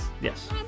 yes